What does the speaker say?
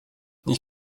ich